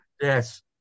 Yes